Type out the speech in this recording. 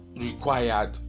required